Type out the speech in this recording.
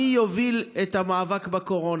מי יוביל את המאבק בקורונה,